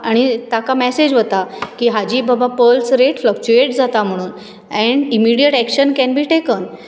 आनी ताका मॅसॅज वता की हाची बाबा पल्स रॅट फ्लकचुएट जाता म्हणून and immediate action can be taken